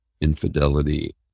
infidelity